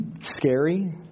scary